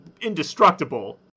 indestructible